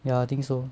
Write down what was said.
ya I think so